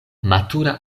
matura